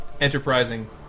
enterprising